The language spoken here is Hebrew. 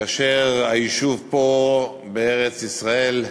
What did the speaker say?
כאשר היישוב פה, בארץ-ישראל,